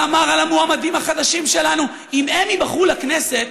ואמר על המועמדים החדשים שלנו: אם הם ייבחרו לכנסת,